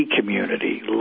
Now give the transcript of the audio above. community